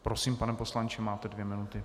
Prosím, pane poslanče, máte dvě minuty.